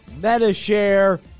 MetaShare